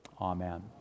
Amen